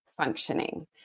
functioning